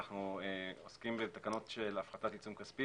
אנחנו עוסקים בתקנות של הפחתת עיצום כספי.